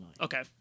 Okay